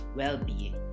well-being